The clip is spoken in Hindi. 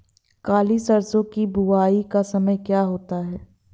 काली सरसो की बुवाई का समय क्या होता है?